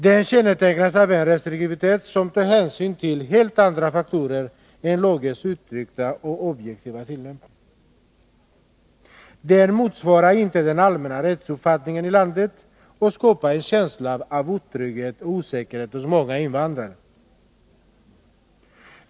Den kännetecknas av en restriktivitet som tar hänsyn till helt andra faktorer än lagens uttryckta och objektiva tillämpning. Den motsvarar inte den allmänna rättsuppfattningen i landet och skapar en känsla av otrygghet och osäkerhet hos många invandrare.